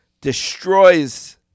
destroys